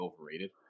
overrated